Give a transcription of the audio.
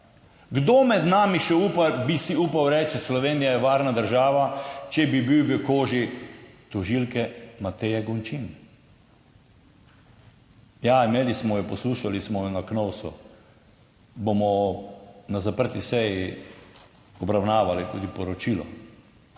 Kdo med nami še upa, bi si upal reči, Slovenija je varna država, če bi bil v koži tožilke Mateje Gončin? Ja, imeli smo jo, poslušali smo jo na KNOVSU bomo na zaprti seji obravnavali tudi poročilo.